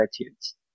attitudes